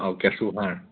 অঁ কেঁচু সাৰ